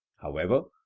however,